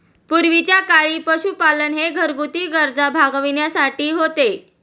पूर्वीच्या काळी पशुपालन हे घरगुती गरजा भागविण्यासाठी होते